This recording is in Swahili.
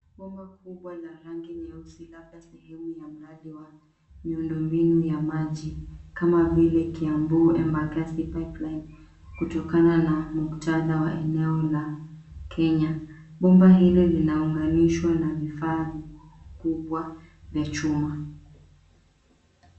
Bomba kubwa la rangi nyeusi, labda sehemu ya mradi wa miundombinu ya maji, kama vile kiambu, embakasi pipeline, kutokana na muktadha wa eneo la Kenya. Bomba hili linaunganishwa na vifaa vikubwa vya chuma.